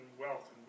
wealth